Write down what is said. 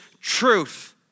truth